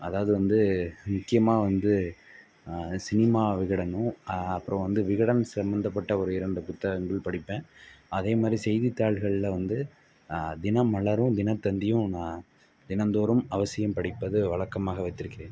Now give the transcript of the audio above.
அதாவது வந்து முக்கியமாக வந்து இந்த சினிமா விகடனும் அப்புறம் வந்து விகடன் சம்மந்தப்பட்ட ஒரு இரண்டு புத்தகங்கள் படிப்பேன் அதேமாதிரி செய்தித்தாள்களில் வந்து தினமலரும் தினத்தந்தியும் நான் தினந்தோறும் அவசியம் படிப்பது வழக்கமாக வைத்திருக்கிறேன்